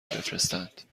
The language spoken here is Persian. بفرستند